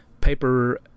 paper